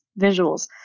visuals